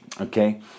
okay